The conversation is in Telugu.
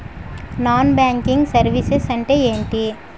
నాన్ బ్యాంకింగ్ సర్వీసెస్ అంటే ఎంటి?